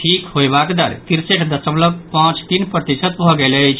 ठीक होयबाक दर तिरसठि दशमलव पांच तीन प्रतिशत भऽ गेल अछि